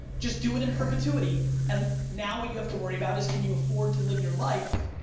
just do it in perpetuity and now what you have to worry about is can you afford to live your life,